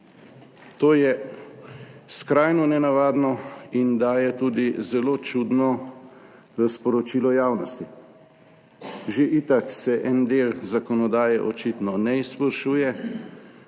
To je skrajno nenavadno in daje tudi zelo čudno sporočilo javnosti. Že itak se en del zakonodaje očitno ne izboljšuje,